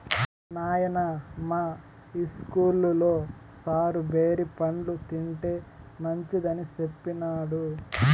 నాయనా, మా ఇస్కూల్లో సారు బేరి పండ్లు తింటే మంచిదని సెప్పినాడు